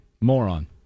Moron